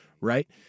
right